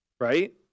right